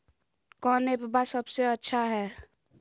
कौन एप्पबा सबसे अच्छा हय?